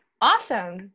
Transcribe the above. Awesome